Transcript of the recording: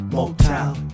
Motown